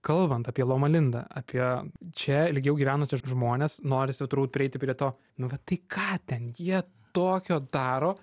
kalbant apie loma linda apie čia ilgiau gyvenusius žmones norisi turbūt prieiti prie to nu va tai ką ten jie tokio daro